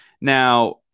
Now